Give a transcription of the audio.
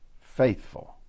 faithful